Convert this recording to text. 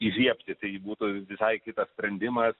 įžiebti tai būtų visai kitas sprendimas